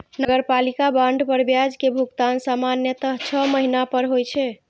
नगरपालिका बांड पर ब्याज के भुगतान सामान्यतः छह महीना पर होइ छै